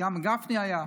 גם גפני היה.